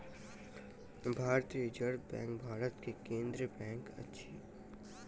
भारतीय reserve bank Bharat के केंद्रीय बैंक अछि